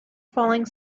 falling